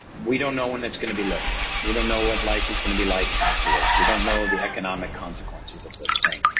we don't know when it's gonna be lifted, we don't know what life is gonna be like afterwards, we don't know the economic consequences of this thing.